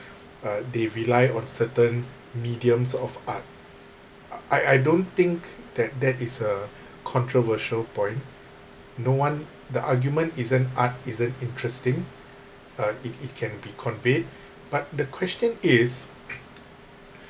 uh they rely on certain mediums of art I I don't think that that is a controversial point no one the argument isn't art isn't interesting uh it it can be conveyed but the question is